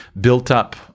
built-up